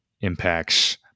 impacts